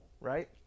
Right